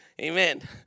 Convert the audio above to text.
Amen